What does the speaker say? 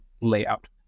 layout